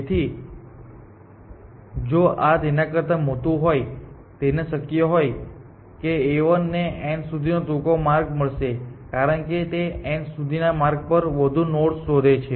તેથી જો આ તેના કરતા મોટું હોય તો શક્ય છે કે A1 ને N સુધી નો ટૂંકો માર્ગ મળશે કારણ કે તે N સુધી ના માર્ગ પર વધુ નોડ્સ ને શોધે છે